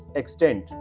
extent